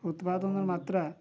ଉତ୍ପାଦନ ମାତ୍ରା